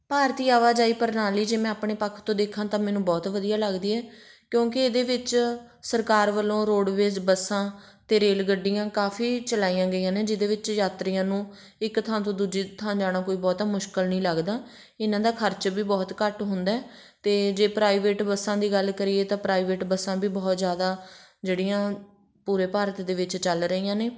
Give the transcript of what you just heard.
ਭਾਰਤੀ ਆਵਾਜਾਈ ਪ੍ਰਣਾਲੀ ਜੇ ਮੈਂ ਆਪਣੇ ਪੱਖ ਤੋਂ ਦੇਖਾਂ ਤਾਂ ਮੈਨੂੰ ਬਹੁਤ ਵਧੀਆ ਲੱਗਦੀ ਹੈ ਕਿਉਂਕਿ ਇਹਦੇ ਵਿੱਚ ਸਰਕਾਰ ਵੱਲੋਂ ਰੋਡਵੇਜ਼ ਬੱਸਾਂ ਅਤੇ ਰੇਲ ਗੱਡੀਆਂ ਕਾਫੀ ਚਲਾਈਆਂ ਗਈਆਂ ਨੇ ਜਿਹਦੇ ਵਿੱਚ ਯਾਤਰੀਆਂ ਨੂੰ ਇੱਕ ਥਾਂ ਤੋਂ ਦੂਜੀ ਥਾਂ ਜਾਣਾ ਕੋਈ ਬਹੁਤਾ ਮੁਸ਼ਕਿਲ ਨਹੀਂ ਲੱਗਦਾ ਇਹਨਾਂ ਦਾ ਖਰਚ ਵੀ ਬਹੁਤ ਘੱਟ ਹੁੰਦਾ ਅਤੇ ਜੇ ਪ੍ਰਾਈਵੇਟ ਬੱਸਾਂ ਦੀ ਗੱਲ ਕਰੀਏ ਤਾਂ ਪ੍ਰਾਈਵੇਟ ਬੱਸਾਂ ਵੀ ਬਹੁਤ ਜ਼ਿਆਦਾ ਜਿਹੜੀਆਂ ਪੂਰੇ ਭਾਰਤ ਦੇ ਵਿੱਚ ਚੱਲ ਰਹੀਆਂ ਨੇ